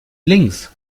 links